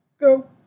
go